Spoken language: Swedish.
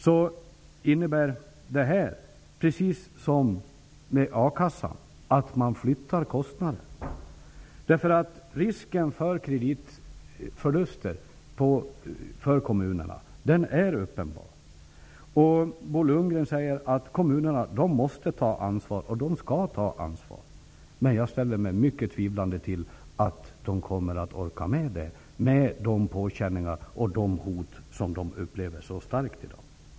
Precis som i fråga om akassan blir det här fråga om att kostnader flyttas. Risken för kreditförluster för kommunerna är nämligen uppenbar. Bo Lundgren säger att kommunerna måste ta ansvar och att de skall ta ansvar. Jag ställer mig emellertid mycket tvivlande till att de kommer att orka med det, med de påkänningar och de hot som de i dag upplever så starkt.